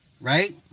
Right